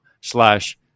slash